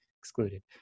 excluded